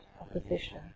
opposition